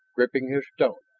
gripping his stone.